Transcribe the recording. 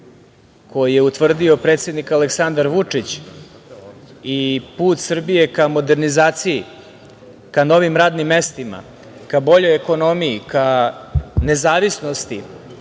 koji je utvrdio predsednik Aleksandar Vučić i put Srbije ka modernizaciji ka novim radnim mestima, ka boljoj ekonomiji, ka nezavisnosti,